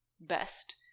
Best